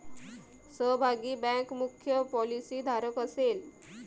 सहभागी बँक मुख्य पॉलिसीधारक असेल